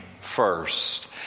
first